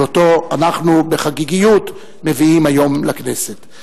שאותו אנחנו מביאים היום לכנסת בחגיגיות.